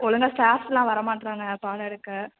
ஒழுங்கா ஸ்டாஃப்ஸ்செலாம் வர மாட்டுறாங்க மேம் பாடம் எடுக்க